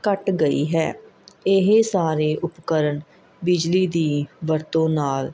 ਘੱਟ ਗਈ ਹੈ ਇਹ ਸਾਰੇ ਉਪਕਰਨ ਬਿਜਲੀ ਦੀ ਵਰਤੋਂ ਨਾਲ